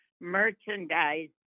merchandise